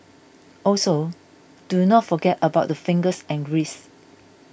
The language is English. also do not forget about the fingers and wrists